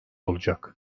olacak